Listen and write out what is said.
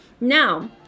now